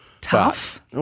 Tough